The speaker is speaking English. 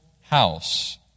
house